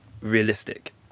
realistic